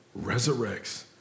resurrects